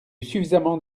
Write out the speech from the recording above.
suffisamment